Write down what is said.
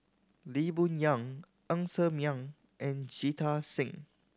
Lee Boon Yang Ng Ser Miang and Jita Singh